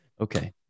Okay